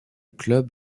club